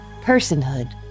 personhood